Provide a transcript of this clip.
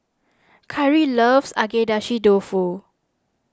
Kyrie loves Agedashi Dofu